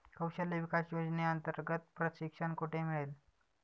कौशल्य विकास योजनेअंतर्गत प्रशिक्षण कुठे मिळेल?